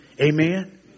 Amen